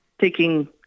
taking